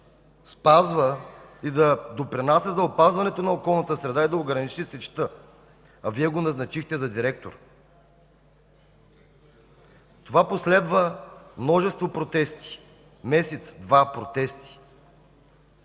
спазва и да допринася за опазването на околната среда и да ограничи сечта! Вие го назначихте за директор! Това последва множество протести – месец-два протести.